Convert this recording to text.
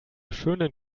schönen